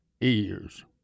ears